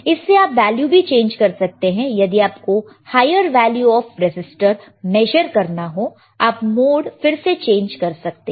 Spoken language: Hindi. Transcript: इससे आप वैल्यू भी चेंज कर सकते हैं यदि आपको higher value of register measure करना हो तो आप मोड फिर से चेंज कर सकते हैं